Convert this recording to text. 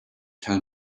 tell